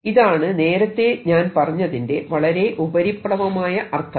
ഇതാണ് നേരത്തെ ഞാൻ പറഞ്ഞതിന്റെ വളരെ ഉപരിപ്ലവമായ അർഥം